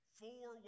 four